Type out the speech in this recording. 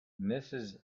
mrs